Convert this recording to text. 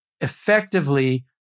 effectively